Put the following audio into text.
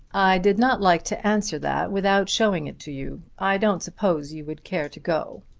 i did not like to answer that without showing it to you. i don't suppose you would care to go.